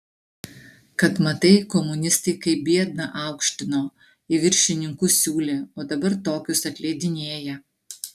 kad matai komunistai kaip biedną aukštino į viršininkus siūlė o dabar tokius atleidinėja